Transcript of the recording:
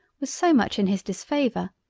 was so much in his disfavour,